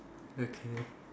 okay